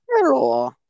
Hello